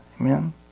Amen